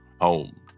home